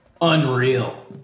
Unreal